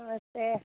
नमस्ते